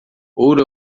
ouro